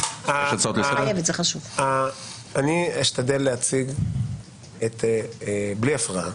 אני אשתדל להציג בלי הפרעה,